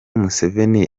museveni